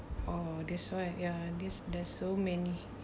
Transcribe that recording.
oh there's so uh ya there's there's so many